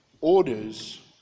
orders